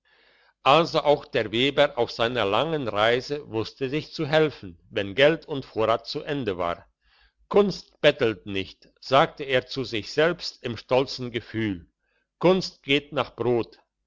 also auch der weber auf seiner langen reise wusste sich zu helfen wenn geld und vorrat zu ende war kunst bettelt nicht sagte er zu sich selbst im stolzen gefühl kunst geht nach brot